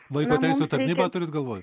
vaiko teisių tarnybą turit galvoj